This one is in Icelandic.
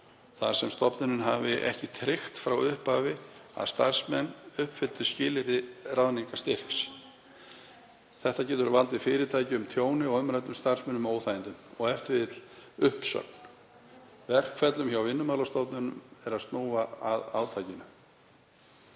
þar sem stofnunin hafði ekki tryggt frá upphafi að starfsmenn uppfylltu skilyrði ráðningarstyrks. Þetta getur valdið fyrirtækjum tjóni og umræddum starfsmönnum óþægindum og e.t.v. uppsögn. Verkferlum hjá Vinnumálastofnun er snúa að átakinu